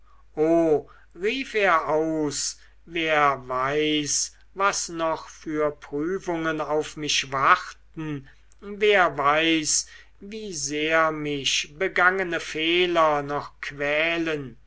o rief er aus wer weiß was noch für prüfungen auf mich warten wer weiß wie sehr mich begangene fehler noch quälen